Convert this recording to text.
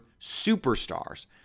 superstars